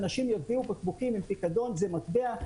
אנשים יביאו בקבוקים עם פיקדון זה מטבע,